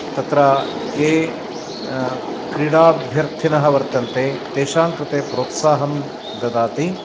तत्र ये क्रीडाभ्यर्थिनः वर्तन्ते तेषां कृते प्रोत्साहं ददाति